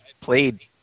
played